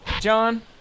John